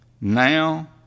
NOW